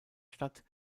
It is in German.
stadt